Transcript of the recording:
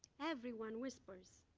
everyone whispers.